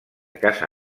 casa